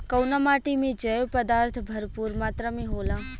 कउना माटी मे जैव पदार्थ भरपूर मात्रा में होला?